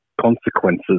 consequences